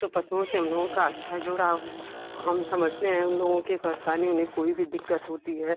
तो पशुओं से हम लोगों का अच्छा जुड़ाव है हम समझते हैं उन लोगों की परेशानी उन्हें कोई भी दिक्कत होती है